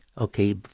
okay